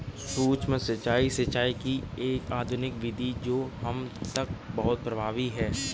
सूक्ष्म सिंचाई, सिंचाई की एक आधुनिक विधि है जो अब तक बहुत प्रभावी है